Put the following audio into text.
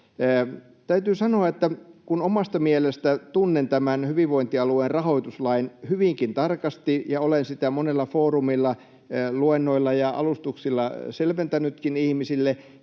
Täytyy sanoa, että kun omasta mielestäni tunnen tämän hyvinvointialueen rahoituslain hyvinkin tarkasti ja olen sitä monella foorumilla luennoilla ja alustuksilla selventänytkin ihmisille,